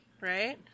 right